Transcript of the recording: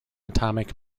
atomic